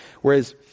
Whereas